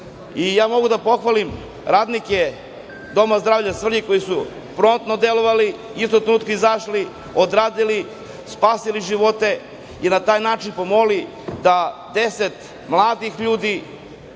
ljudi. Mogu da pohvalim radnike Doma zdravlja Svrljig koji su promtno delovali, istog trenutka izašli, odradili, spasili živote i na taj način pomogli da deset mladih ljudi